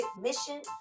mission